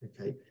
Okay